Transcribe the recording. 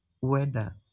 weather